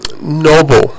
noble